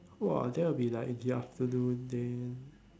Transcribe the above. !wah! that would be like in the afternoon then